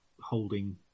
holding